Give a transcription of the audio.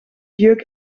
jeuk